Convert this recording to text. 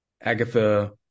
Agatha